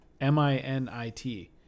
M-I-N-I-T